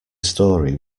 story